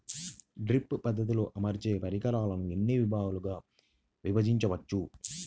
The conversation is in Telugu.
డ్రిప్ పద్ధతిలో అమర్చే పరికరాలను ఎన్ని భాగాలుగా విభజించవచ్చు?